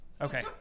Okay